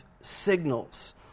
signals